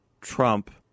Trump